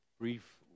brief